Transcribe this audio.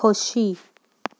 खोशी